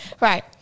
right